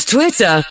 Twitter